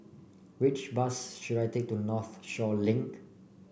which bus should I take to Northshore Link